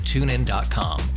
TuneIn.com